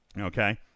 okay